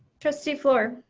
trustee fluor.